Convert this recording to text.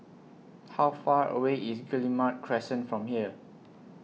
How Far away IS Guillemard Crescent from here